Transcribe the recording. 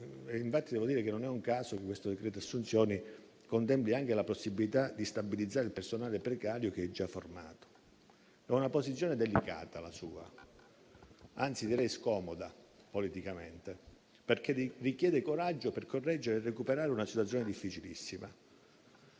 scade nel 2026 e non è un caso che il suddetto decreto assunzioni contempli anche la possibilità di stabilizzare il personale precario, che è già formato. È una posizione delicata, la sua, signor Ministro, anzi direi scomoda politicamente, perché richiede coraggio per correggere e recuperare una situazione difficilissima.